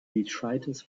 detritus